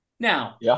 Now